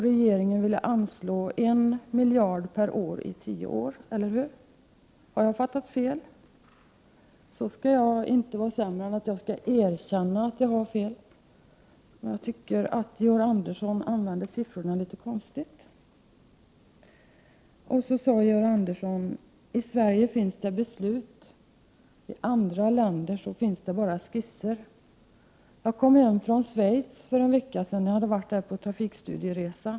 Regeringen ville anslå över en miljard per år i tio år, eller hur? Om jag har förstått saken fel skall jag inte vara sämre än att jag skall erkänna att jag hade fel. Men jag tycker att Georg Andersson använder talen litet konstigt. Georg Andersson sade att det i Sverige finns beslut men att det i andra länder bara finns skisser. Jag kom hem från Schweiz för en vecka sedan där jag hade varit på trafikstudieresa.